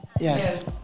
Yes